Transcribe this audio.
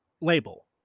label